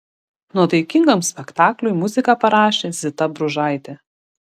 nuotaikingam spektakliui muziką parašė zita bružaitė